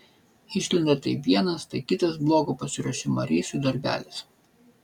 išlenda tai vienas tai kitas blogo pasiruošimo reisui darbelis